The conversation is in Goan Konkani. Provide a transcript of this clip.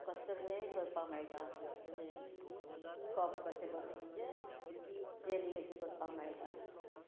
कस्टड हे करपाक मेळटा अशें कप कशें करूं म्हणजे जेली कशें करपाक मेळटा